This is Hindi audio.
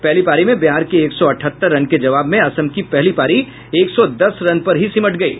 पहली पारी में बिहार के एक सौ अठहत्तर रन के जवाब में असम की पहली पारी एक सौ दस रन पर ही सिमट गयी